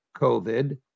COVID